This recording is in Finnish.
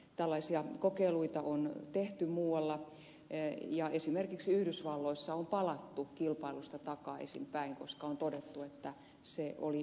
tällaisia kokeiluita on tehty muualla ja esimerkiksi yhdysvalloissa on palattu kilpailusta takaisinpäin koska on todettu että se oli huono kokeilu